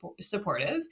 supportive